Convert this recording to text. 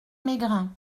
mégrin